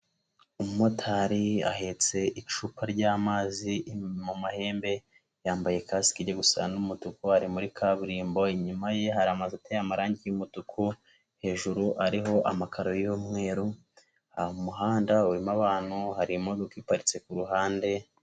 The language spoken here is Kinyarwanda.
Umumotari ahetse icupa rya amazi mu mahembe, yambaye kasike iri gusa n'umutuku ari muri kaburimbo, inyuma ye hari amazu ateye amarangi y'umutuku hejuru, hariho amakaro y'umweru, umuhanda urimo abantu hari imodoka iparitse ku ruhande.